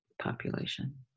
population